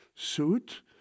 suit